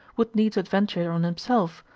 would needs adventure on himself,